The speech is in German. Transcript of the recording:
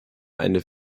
eine